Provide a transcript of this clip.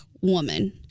woman